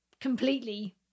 completely